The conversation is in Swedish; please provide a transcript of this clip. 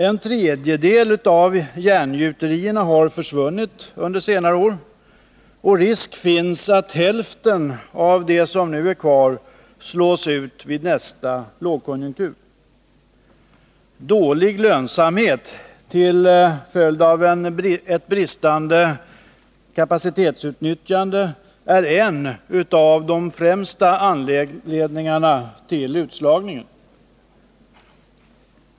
En tredjedel av järngjuterierna har försvunnit under senare år, och risk finns att hälften av dem som nu är kvar slås ut under nästa lågkonjunktur. Dålig lönsamhet till följd av bristande kapacitetsutnyttjande är en av de främsta anledningarna till utslagningen.